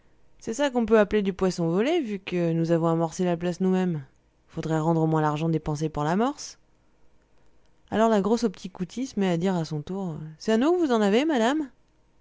c'est ça qu'on peut appeler du poisson volé vu que nous avons amorcé la place nous-mêmes il faudrait rendre au moins l'argent dépensé pour l'amorce alors la grosse au petit coutil se mit à dire à son tour c'est à nous que vous en avez madame